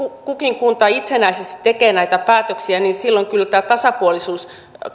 kukin kunta itsenäisesti tekee näitä päätöksiä niin silloin kyllä tämä tasapuolisuus